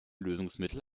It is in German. lösungsmittel